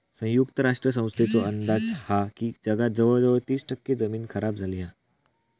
संयुक्त राष्ट्र संस्थेचो अंदाज हा की जगात जवळजवळ तीस टक्के जमीन खराब झाली हा